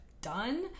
done